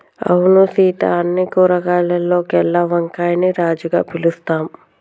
అవును సీత అన్ని కూరగాయాల్లోకెల్లా వంకాయని రాజుగా పిలుత్తాం